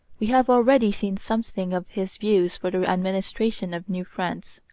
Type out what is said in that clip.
we have already seen something of his views for the administration of new france.